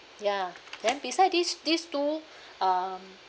ya then beside these these two um